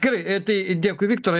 gerai tai dėkui viktorai